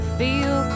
feel